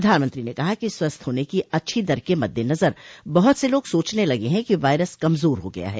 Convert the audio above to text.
प्रधानमंत्री ने कहा कि स्वस्थ होने की अच्छी दर क मद्देनजर बहुत से लोग सोचने लगे हैं कि वायरस कमजोर हो गया है